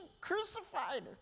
crucified